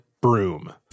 broom